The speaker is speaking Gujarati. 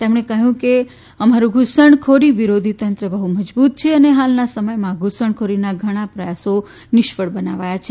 તેમણે કહ્યું કે અમારૂં ઘુસણખોરી વિરોધી તંત્ર પણ બહ્ માં બુત છે અને હાલના સમયમાં ધુસણખોરીના ઘણા પ્રયાસો નિષ્ફળ બનાવ્યા છે